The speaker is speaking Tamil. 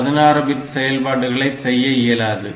16 பிட் செயல்பாடுகளை செய்ய இயலாது